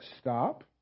stop